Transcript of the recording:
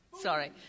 Sorry